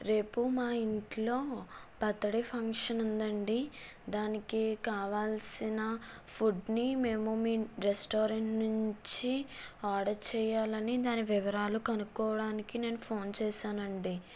రేపు మా ఇంట్లో బర్త్డే ఫంక్షన్ ఉందండీ దానికి కావలసిన ఫుడ్ని మేము మీ రెస్టారెంట్ నుంచి ఆర్డర్ చేయాలని దాని వివరాలు కనుక్కోడానికి నేను ఫోన్ చేసానండీ